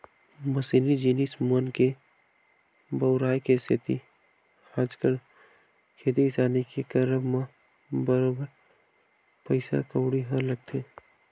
मसीनी जिनिस मन के बउराय के सेती आजकल खेती किसानी के करब म बरोबर पइसा कउड़ी ह लगथे